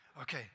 Okay